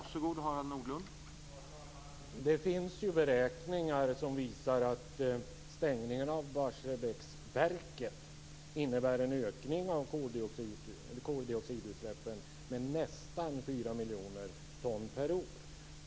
Herr talman! Det finns beräkningar som visar att stängningen av Barsebäcksverket innebär en ökning av koldioxidutsläppen med nästan 4 miljoner ton per år.